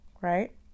right